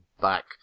back